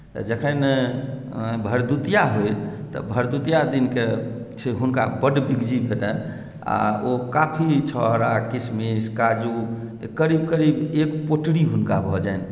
तऽ जखन भरदुतिया होय तऽ भरदुतिया दिनके से हुनका बड बिगजी भेटनि आ ओ काफी छुहारा किसमिस काजू करीब करीब एक पोटरी हुनका भऽ जाइन